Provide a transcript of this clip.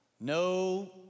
No